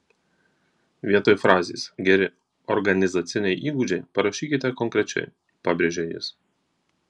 vietoj frazės geri organizaciniai įgūdžiai parašykite konkrečiai pabrėžia jis